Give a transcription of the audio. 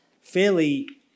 fairly